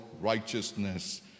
righteousness